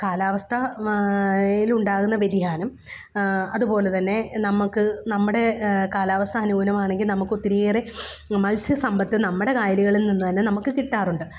കാലാവസ്ഥ യിലുണ്ടാകുന്ന വ്യതിയാനം അതുപോലെ തന്നെ നമുക്ക് നമ്മുടെ കാലാവസ്ഥ അനുകൂലമാണെങ്കിൽ നമുക്ക് ഒത്തിരിയേറെ മത്സ്യം സമ്പത്ത് നമ്മുടെ കായലുകളിൽ നിന്ന് തന്നെ നമുക്ക് കിട്ടാറുണ്ട്